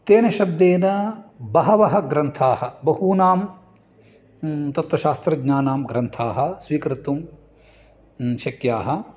तेन शब्देन बहवः ग्रन्थाः बहूनां तत्त्वशास्त्रज्ञानां ग्रन्थाः स्वीकर्तुं शक्याः